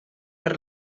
per